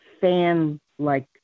fan-like